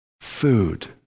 food